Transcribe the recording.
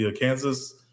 Kansas